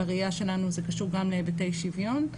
בראייה שלנו זה קשור גם להיבטי שוויון,